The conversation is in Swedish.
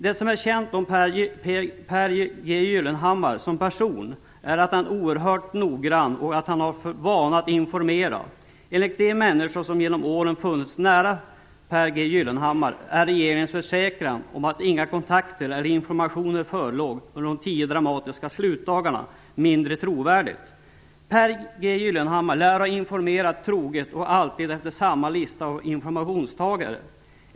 Det som är känt om Pehr G. Gyllenhammar som person är att han är oerhört noggrann och att han har för vana att informera. Enligt de människor som genom åren funnits nära Pehr G. Gyllenhammar är regeringens försäkran om att inga kontakter eller informationer förelåg under de tio dramatiska slutdagarna mindre trovärdig. Pehr G. Gyllenhammar lär ha informerat troget och alltid efter samma lista av informationstagare.